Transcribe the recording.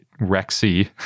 Rexy